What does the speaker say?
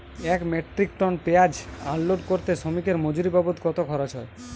এক metric ton পেঁয়াজ unload করতে শ্রমিকের মজুরি বাবদ কত খরচ হয়?